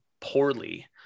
poorly